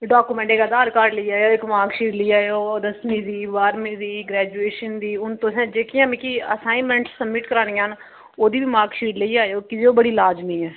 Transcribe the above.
ते डाकोमैंट इक आधार कार्ड लेई आएओ इक मार्कशीट लेई आएओ दस्समीं दी बारह्मीं दी ग्रैजुएशन दी हून तुसें जेह्कियां मिकी असाइनमैंटां सब्मिट करानियां न ओह्दी बी मार्कशीट लेइयै आएओ कीजे ओह् बड़ी लाजमी ऐ